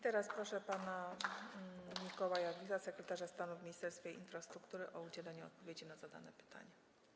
Teraz proszę pana Mikołaja Wilda, sekretarza stanu w Ministerstwie Infrastruktury, o udzielenie odpowiedzi na zadane pytania.